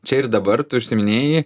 čia ir dabar tu užsiiminėji